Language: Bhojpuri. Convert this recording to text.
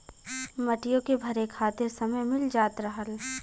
मटियो के भरे खातिर समय मिल जात रहल